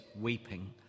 weeping